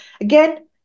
again